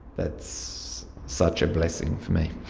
that's such a blessing for me.